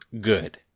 good